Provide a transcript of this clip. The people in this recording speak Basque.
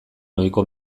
ohiko